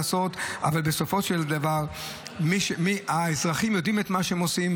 אבל אני ראיתי אתמול תמונות וסרטונים ממאות איש,